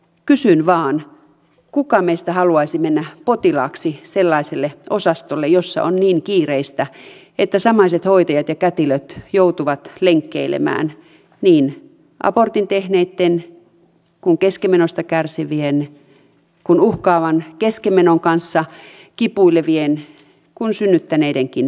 kysyn vain kuka meistä haluaisi mennä potilaaksi sellaiselle osastolle jolla on niin kiireistä että samaiset hoitajat ja kätilöt joutuvat lenkkeilemään niin abortin tehneitten kuin keskenmenosta kärsivien kuin uhkaavan keskenmenon kanssa kipuilevien kuin synnyttäneidenkin potilaiden kesken